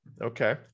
Okay